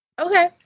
Okay